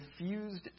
refused